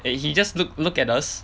and he just look look at us